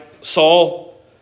Saul